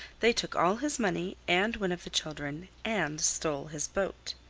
they took all his money and one of the children and stole his boat.